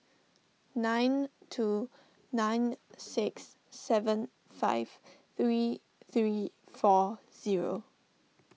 nine two nine six seven five three three four zero